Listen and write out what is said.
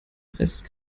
rest